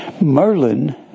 Merlin